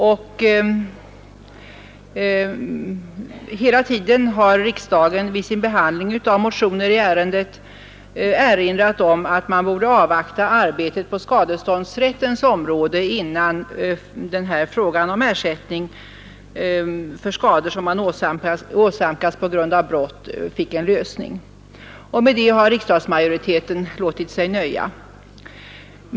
Under hela denna tid har riksdagen vid sin behandling av motioner i ärendet erinrat om att man borde avvakta arbetet på skadeståndsrättens område innan frågan om ersättning för skador, som åsamkats personer på grund av brott, fick en lösning. Med det har riksdagsmajoriteten låtit sig nöja.